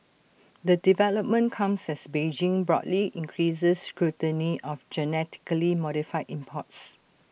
the development comes as Beijing broadly increases scrutiny of genetically modified imports